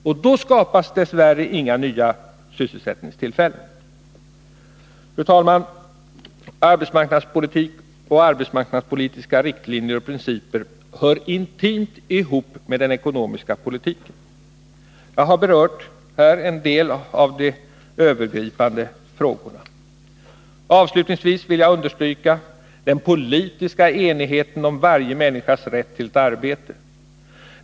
Och då skapas dess värre inga nya sysselsättningstillfällen. Fru talman! Arbetsmarknadspolitik och arbetsmarknadspolitiska riktlinjer och principer hör intimt ihop med den ekonomiska politiken. Jag har här berört en del av de övergripande frågorna. Avslutningsvis vill jag understryka den politiska enigheten om varje människas rätt till ett arbete.